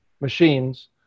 machines